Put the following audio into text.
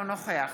אינו נוכח